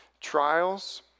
trials